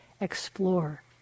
explore